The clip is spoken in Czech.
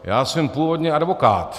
Já jsem původně advokát.